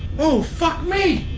oh fuck me!